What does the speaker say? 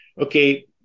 okay